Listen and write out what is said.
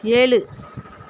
ஏழு